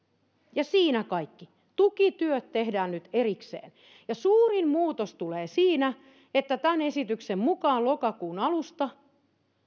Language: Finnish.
ja siinä kaikki tukityöt tehdään nyt erikseen suurin muutos tulee siinä että tämän esityksen mukaan lokakuun alusta